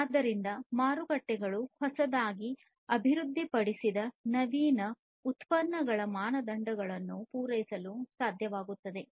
ಆದ್ದರಿಂದ ಮಾರುಕಟ್ಟೆಗಳು ಹೊಸದಾಗಿ ಅಭಿವೃದ್ಧಿಪಡಿಸಿದ ನವೀನ ಉತ್ಪನ್ನಗಳ ಮಾನದಂಡಗಳನ್ನು ಪೂರೈಸಲು ಸಾಧ್ಯವಾಗುತ್ತದೆ